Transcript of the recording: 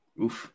Oof